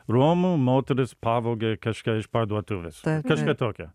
romų moteris pavogė kažką iš parduotuvės kažką tokio